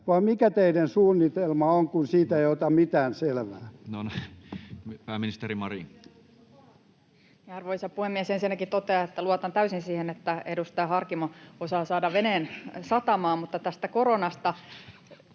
vai mikä teidän suunnitelmanne on, kun siitä ei ota mitään selvää? [Perussuomalaisten ryhmästä: Juuri näin!] No, pääministeri Marin. Arvoisa puhemies! Ensinnäkin totean, että luotan täysin siihen, että edustaja Harkimo osaa saada veneen satamaan. Mutta tästä koronasta.